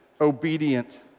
obedient